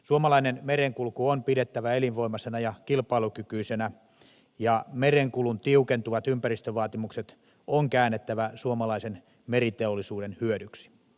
suomalainen merenkulku on pidettävä elinvoimaisena ja kilpailukykyisenä ja merenkulun tiukentuvat ympäristövaatimukset on käännettävä suomalaisen meriteollisuuden hyödyksi